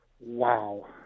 Wow